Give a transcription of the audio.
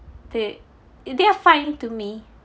they they are fine to me